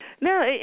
No